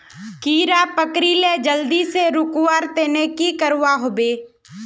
कीड़ा पकरिले जल्दी से रुकवा र तने की करवा होबे?